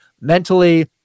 mentally